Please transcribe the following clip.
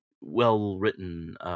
well-written